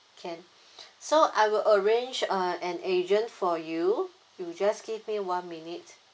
can so I will arrange uh an agent for you you just give me one minute